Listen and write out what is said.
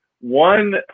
one